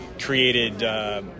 created